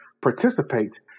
participates